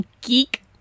geek